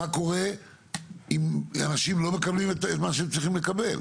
מה קורה אם אנשים לא מקבלים את מה שהם צריכים לקבל?